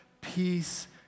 peace